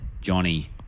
Johnny